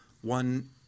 one